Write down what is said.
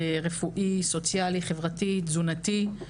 היבט רפואי, סוציאלי, חברתי, תזונתי.